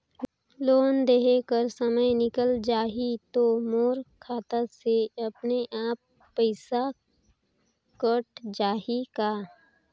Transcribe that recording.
Loan देहे कर समय निकल जाही तो मोर खाता से अपने एप्प पइसा कट जाही का?